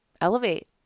elevate